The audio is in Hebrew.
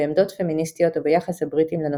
בעמדות פמיניסטיות וביחס הבריטים לנושא.